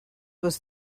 was